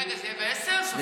רגע, זה יהיה ב-10:00 סופית?